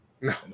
No